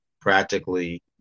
practically